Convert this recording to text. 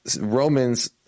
Romans